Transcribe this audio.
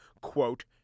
quote